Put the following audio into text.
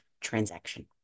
transaction